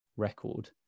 record